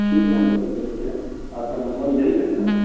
ठीक है हम कल देखते हैं आपका नंबर यही है ना